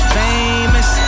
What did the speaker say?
famous